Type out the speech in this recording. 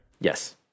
Yes